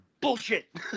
bullshit